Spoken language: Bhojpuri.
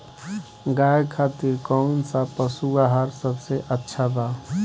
गाय खातिर कउन सा पशु आहार सबसे अच्छा बा?